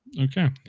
Okay